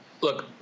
look